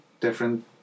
different